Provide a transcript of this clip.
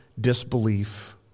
disbelief